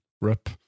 RIP